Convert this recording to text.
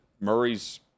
Murray's